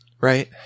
right